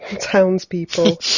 townspeople